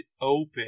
open